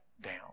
down